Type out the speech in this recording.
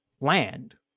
land